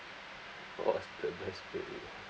orh the best meal